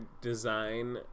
design